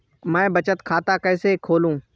मैं बचत खाता कैसे खोलूँ?